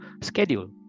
schedule